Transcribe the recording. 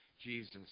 Jesus